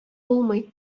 булмый